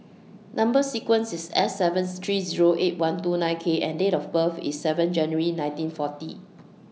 Number sequence IS S seven three Zero eight one two nine K and Date of birth IS seven January nineteen forty